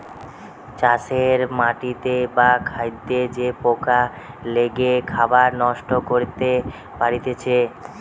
চাষের মাটিতে বা খাদ্যে যে পোকা লেগে খাবার নষ্ট করতে পারতিছে